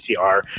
PCR